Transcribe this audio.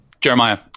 Jeremiah